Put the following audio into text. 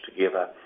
together